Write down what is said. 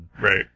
Right